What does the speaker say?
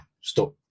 stop